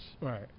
Right